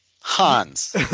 Hans